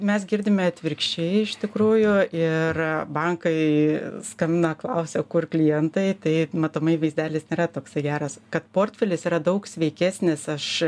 mes girdime atvirkščiai iš tikrųjų ir bankai skambina klausia kur klientai tai matomai vaizdelis nėra toksai geras kad portfelis yra daug sveikesnis aš